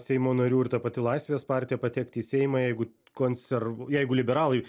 seimo narių ir ta pati laisvės partija patekti į seimą jeigu konser jeigu liberalai